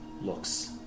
looks